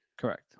Correct